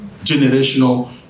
Generational